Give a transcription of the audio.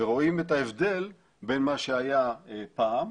רואים את ההבדל בין מה שהיה פעם,